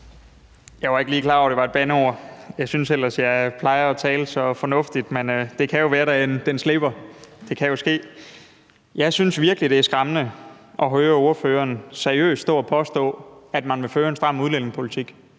Jeg var ikke lige klar over, at det var et bandeord. Jeg synes ellers, at jeg plejer at tale så fornuftigt, men det kan være en smutter. Det kan jo ske. Jeg synes virkelig, at det er skræmmende at høre ordføreren seriøst stå og påstå, at man vil føre en stram udlændingepolitik.